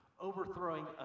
overthrowing